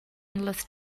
endless